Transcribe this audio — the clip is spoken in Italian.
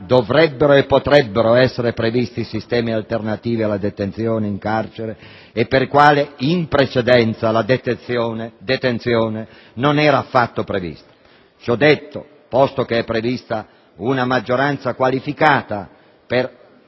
dovrebbero e potrebbero essere previsti sistemi di pena alternativi alla detenzione in carcere e per i quali in precedenza la detenzione non era affatto prevista. Ciò detto, posto che è prevista una maggioranza qualificata per